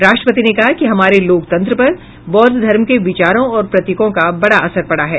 राष्ट्रपति ने कहा कि हमारे लोकतंत्र पर बौद्ध धर्म के विचारों और प्रतीकों का बड़ा असर पड़ा है